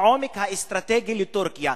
העומק האסטרטגי לטורקיה.